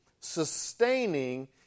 sustaining